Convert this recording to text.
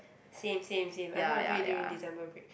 same same same I'm gonna do it during December break